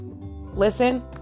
Listen